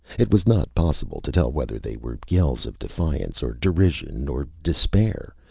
it was not possible to tell whether they were yells of defiance or derision or despair,